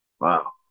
Wow